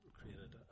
created